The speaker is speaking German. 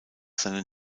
seinen